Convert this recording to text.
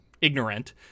ignorant